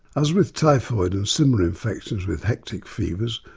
as with typhoid and similar infections with hectic fevers,